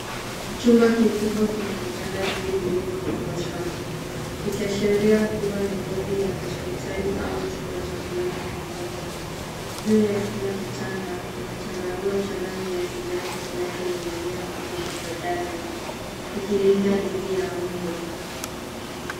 Chumba kikubwa kina vitanda vingi vilivyopangwa safu vikiashiria kuwa ni wodi ya hospitali au chumba cha kulala pamoja. Juu ya kila kitanda kuna chandarua cha rangi ya kijani kinachoning'inia kutoka kwa dari kikilinda dhidi ya mbu.